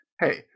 hey